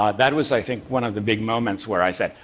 ah that was, i think, one of the big moments where i said,